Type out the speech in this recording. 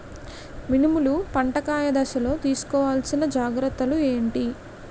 మినుములు పంట కాయ దశలో తిస్కోవాలసిన జాగ్రత్తలు ఏంటి?